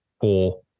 four